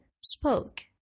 spoke